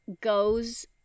goes